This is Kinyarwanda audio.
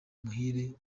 umuhire